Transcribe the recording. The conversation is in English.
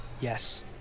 Yes